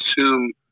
assume